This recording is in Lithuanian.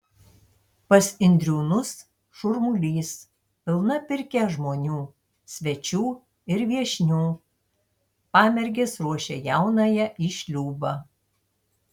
pas indriūnus šurmulys pilna pirkia žmonių svečių ir viešnių pamergės ruošia jaunąją į šliūbą